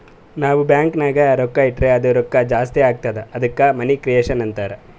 ನಾವ್ ಬ್ಯಾಂಕ್ ನಾಗ್ ರೊಕ್ಕಾ ಇಟ್ಟುರ್ ಅದು ರೊಕ್ಕಾ ಜಾಸ್ತಿ ಆತ್ತುದ ಅದ್ದುಕ ಮನಿ ಕ್ರಿಯೇಷನ್ ಅಂತಾರ್